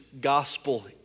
gospel